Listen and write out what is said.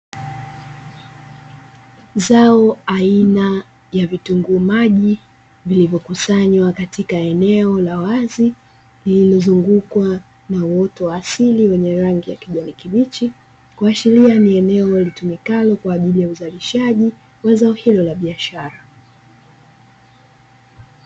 Zao aina ya vitunguu maji vilivyokusanywa katika eneo la wazi, lililozungukwa na uoto wa asili wenye rangi ya kijani kibichi. Kuashiria ni eneo litumikalo kwa ajili uzalishaji wa zao hilo la biashara.